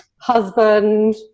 husband